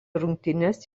rungtynes